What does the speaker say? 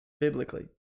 biblically